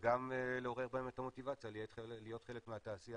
וגם לעורר בהם את המוטיבציה להיות חלק מהתעשייה